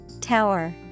Tower